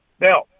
Now